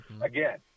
Again